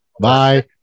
bye